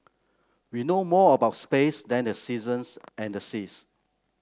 we know more about space than the seasons and the seas